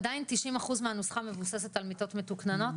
עדיין 90 אחוז מהנוסחה מבוססת על מיטות מתוקננות?